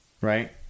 right